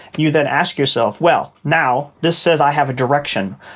you then ask yourself, well, now this says i have a direction.